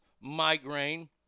Migraine